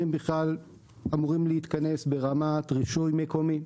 עליהם בכלל אמורים להתכנס ברמת רישוי מקומי,